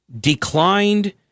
declined